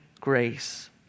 grace